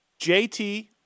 JT